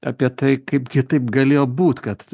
apie tai kaipgi taip galėjo būt kad